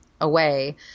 away